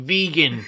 Vegan